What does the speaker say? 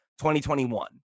2021